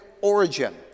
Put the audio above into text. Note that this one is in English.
origin